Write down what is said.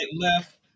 left